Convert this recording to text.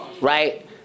right